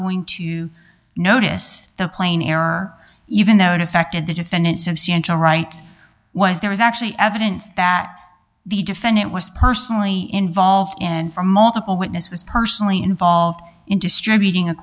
going to notice the plane error even though it affected the defendant substantial rights was there was actually evidence that the defendant was personally involved and for multiple witness was personally involved in distributing a